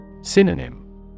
Synonym